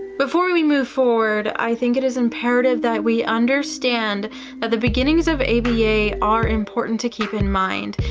before we we move forward, i think it is imperative that we understand that the beginnings of aba are important to keep in mind.